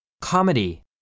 Comedy